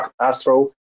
Astro